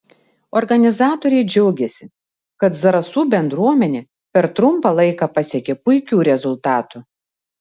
organizatoriai džiaugėsi kad zarasų bendruomenė per trumpą laiką pasiekė puikių rezultatų